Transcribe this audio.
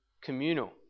communal